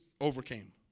overcame